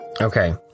Okay